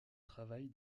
travaille